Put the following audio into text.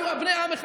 אנחנו בני עם אחד.